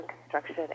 construction